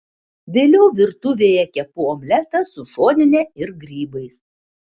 vėliau virtuvėje kepu omletą su šonine ir grybais